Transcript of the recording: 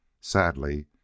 sadly